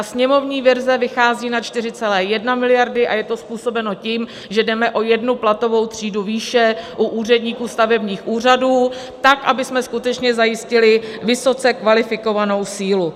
Sněmovní verze vychází na 4,1 miliardy a je to způsobeno tím, že jdeme o jednu platovou třídu výše u úředníků stavebních úřadů tak, abychom skutečně zajistili vysoce kvalifikovanou sílu.